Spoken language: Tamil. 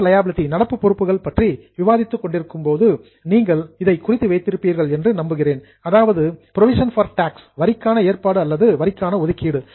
கரெண்ட் லியாபிலிடி நடப்பு பொறுப்புகள் பற்றி விவாதித்துக் கொண்டிருக்கும் போது நீங்கள் இதை குறித்து வைத்திருப்பீர்கள் என்று நம்புகிறேன் அதாவது புரோவிஷன் பார் டாக்ஸ் வரிக்கான ஏற்பாடு அல்லது வரிக்கான ஒதுக்கீடு